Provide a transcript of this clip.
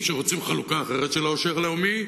שרוצים חלוקה אחרת של העושר הלאומי,